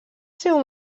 seu